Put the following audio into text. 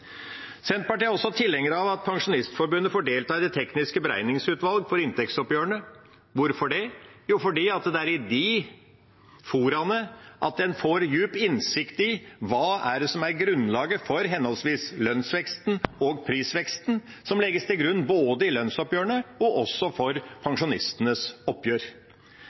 Senterpartiet er også tilhenger av at Pensjonistforbundet får delta i Teknisk beregningsutvalg for inntektsoppgjørene. Hvorfor det? Jo, fordi det er i de foraene en får djup innsikt i hva som er grunnlaget for henholdsvis lønnsveksten og prisveksten som legges til grunn både i lønnsoppgjørene og også for pensjonistenes oppgjør.